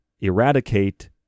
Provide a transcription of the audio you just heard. Eradicate